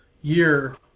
year